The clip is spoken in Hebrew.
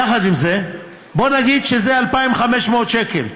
יחד עם זה, בוא נגיד שזה 2,500 שקל.